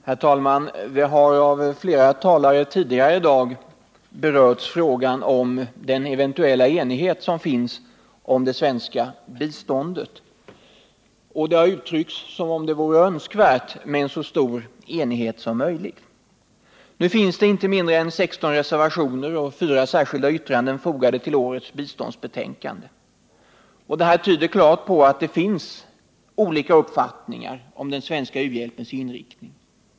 Herr talman! Flera talare tidigare i dag har berört frågan om den eventuella enigheten om det svenska biståndet. Det verkar som om det vore önskvärt med en så stor enighet som möjligt. Det finns emellertid inte mindre än 16 reservationer och fyra särskilda yttranden fogade till årets biståndsbetänkande. Det tyder klart på att det finns olika uppfattningar om den svenska 171 u-hjälpens inriktning.